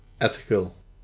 Ethical